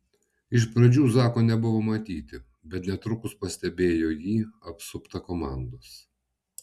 iš pradžių zako nebuvo matyti bet netrukus pastebėjo jį apsuptą komandos